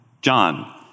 John